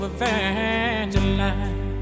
Evangeline